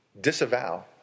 disavow